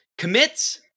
Commits